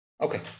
Okay